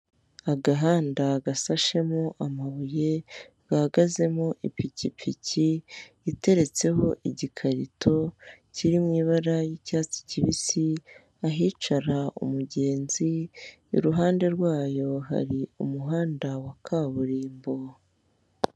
Agahanda gasashemo amabuye, gahagazemo ipikipiki iteretseho igikarito kiri mu ibara ry'icyatsi cyibisi ahicara umugenzi; iruhande rwayo hari umuhanda wa kaburimbo.